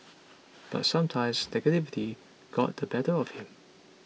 but sometimes negativity got the better of him